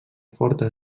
forta